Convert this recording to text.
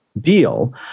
deal